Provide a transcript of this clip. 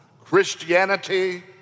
Christianity